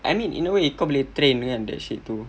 I mean in a way kau boleh train kan that shit too